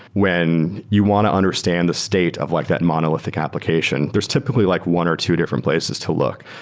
when you want to understand the state of like that monolithic application, there's typically like one or two different places to look.